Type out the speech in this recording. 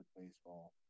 baseball